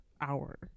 hour